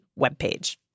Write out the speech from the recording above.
webpage